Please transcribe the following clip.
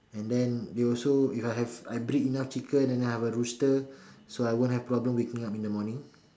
and then you'll also if I have I breed enough chicken then I have a rooster so I won't have problem waking up in the morning